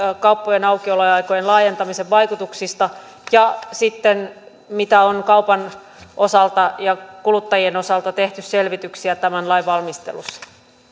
kauppojen aukioloaikojen laajentamisen vaikutuksista ja siihen mitä on kaupan osalta ja kuluttajien osalta tehty selvityksiä tämän lain valmistelussa